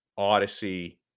odyssey